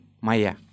maya